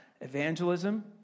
Evangelism